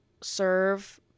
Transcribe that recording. serve